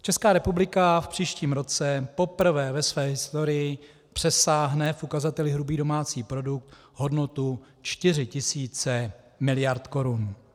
Česká republika v příštím roce poprvé ve své historii přesáhne v ukazateli hrubý domácí produkt hodnotu 4 000 mld. korun.